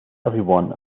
everyone